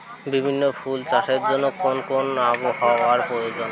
বিভিন্ন ফুল চাষের জন্য কোন আবহাওয়ার প্রয়োজন?